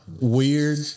Weird